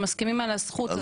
שאנחנו מסכימים על הזכות הזאת.